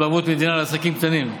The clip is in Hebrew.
עד פרוץ המשבר כלכלת ישראל הייתה,